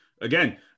Again